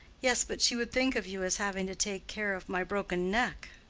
yes, but she would think of you as having to take care of my broken neck.